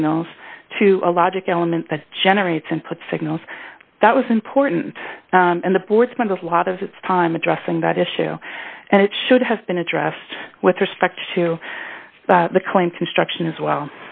signals to a logic element that generates input signals that was important in the board spent a lot of its time addressing that issue and it should have been addressed with respect to the clinton struction as well